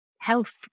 health